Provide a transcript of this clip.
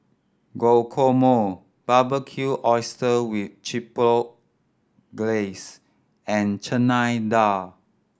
Guacamole Barbecued Oyster with Chipotle Glaze and Chana Dal